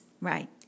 Right